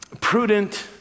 prudent